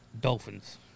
Dolphins